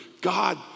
God